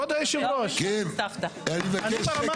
כבוד היושב ראש, אני חושב שברמה